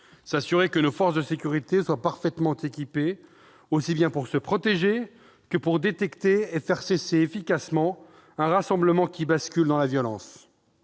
s'assurer que nos forces de sécurité soient parfaitement équipées, aussi bien pour se protéger que pour détecter et faire cesser efficacement un rassemblement qui bascule dans la violence.